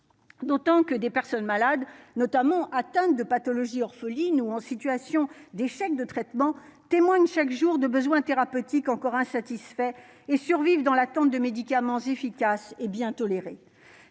d'autant que des personnes malades, notamment atteints de pathologies orphelines ou en situation d'échec de traitement témoignent chaque jour de besoins thérapeutiques encore insatisfaits et survivent dans l'attente de médicaments efficaces et bien tolérés,